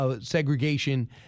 segregation